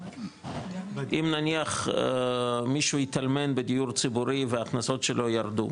אם נניח מישהו התאלמן בדיור ציבורי וההכנסות שלו ירדו,